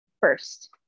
first